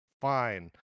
fine